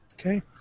Okay